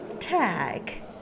tag